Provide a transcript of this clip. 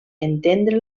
entendre